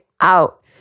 out